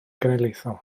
genedlaethol